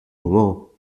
moment